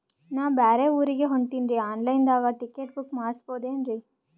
ನಾ ಬ್ಯಾರೆ ಊರಿಗೆ ಹೊಂಟಿನ್ರಿ ಆನ್ ಲೈನ್ ದಾಗ ಟಿಕೆಟ ಬುಕ್ಕ ಮಾಡಸ್ಬೋದೇನ್ರಿ?